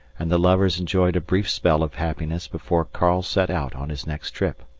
and the lovers enjoyed a brief spell of happiness before karl set out on his next trip.